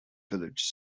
village